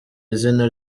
izina